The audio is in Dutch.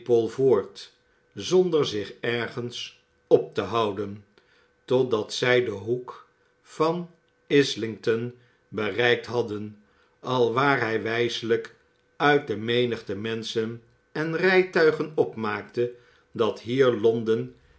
zonder zich ergens op te houden totdat zij den hoek van islington bereikt hadden alwaar hij wijselijk uit de menigte menschen en rijtuigen opmaakte dat hier londen